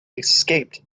escaped